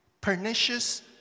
pernicious